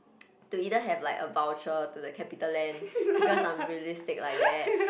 to either like have a voucher to the CapitaLand because I'm realistic like that